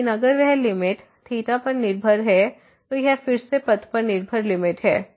लेकिन अगर वह लिमिट ϴ पर निर्भर है तो यह फिर से पथ पर निर्भर लिमिट है